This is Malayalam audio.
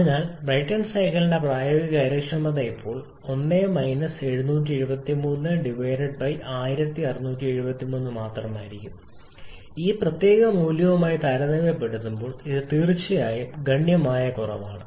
അതിനാൽ ബ്രൈറ്റൺ സൈക്കിളിന്റെ പ്രായോഗിക കാര്യക്ഷമത അപ്പോൾ 1 7731673 മാത്രമായിരിക്കും ഈ പ്രത്യേക മൂല്യവുമായി താരതമ്യപ്പെടുത്തുമ്പോൾ ഇത് തീർച്ചയായും ഗണ്യമായ കുറവാണ്